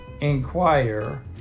inquire